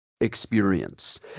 experience